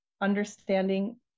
understanding